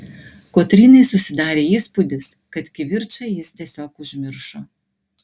kotrynai susidarė įspūdis kad kivirčą jis tiesiog užmiršo